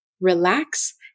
relax